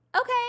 okay